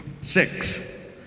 six